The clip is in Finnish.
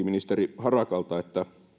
ministeri harakalta